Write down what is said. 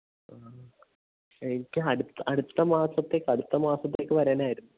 ആ എനിക്ക് അടുത്ത മാസത്തേക്ക് അടുത്ത മാസത്തേക്ക് വരാനായിരുന്നു